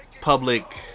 public